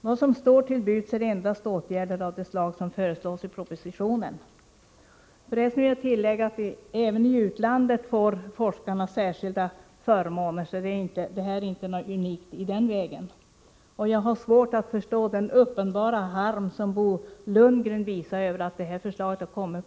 Vad som står till buds är endast åtgärder av det slag som föreslås i propositionen. Jag vill tillägga att forskare får särskilda förmåner även i andra länder. Det här är inte något unikt på det sättet. Jag har svårt att förstå den uppenbara harm som Bo Lundgren visar över att detta förslag har lagts fram.